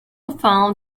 found